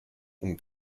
und